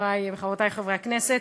חברי וחברותי חברי הכנסת,